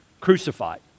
crucified